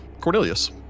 Cornelius